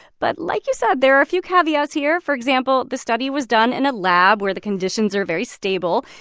but like you said, there are a few caveats here. for example, the study was done in a lab, where the conditions are very stable.